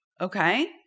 Okay